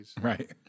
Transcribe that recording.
Right